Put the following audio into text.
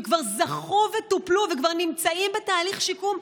וכבר זכו וטופלו וכבר נמצאים בתהליך שיקום,